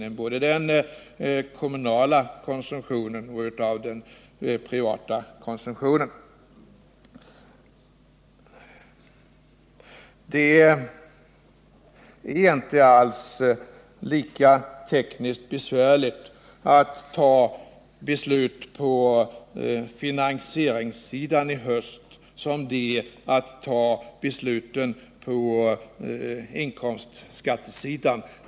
Detta gäller i jämförelse med både den kommunala och den privata konsumtionen. Det är inte alls lika tekniskt besvärligt att fatta beslut på finansieringssidan i höst som att fatta beslut på inkomstskattesidan.